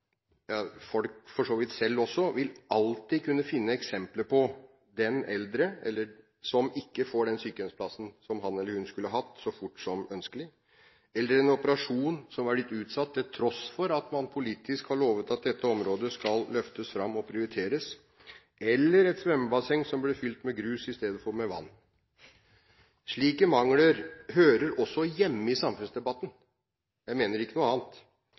for så vidt også folk selv – vil alltid kunne finne eksempler på den eldre som ikke får den sykehjemsplassen som han eller hun skulle hatt så fort som ønskelig, eller en operasjon som er blitt utsatt, til tross for at man politisk har lovet at dette området skal løftes fram og prioriteres, eller et svømmebasseng som ble fylt med grus i stedet for med vann. Slike mangler hører også hjemme i samfunnsdebatten, jeg mener ikke noe annet,